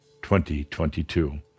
2022